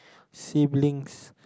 siblings